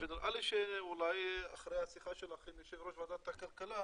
ונראה לי שאולי אחרי השיחה שלך עם יושב ראש ועדת הכלכלה,